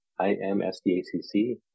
I-M-S-D-A-C-C